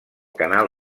canal